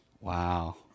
Wow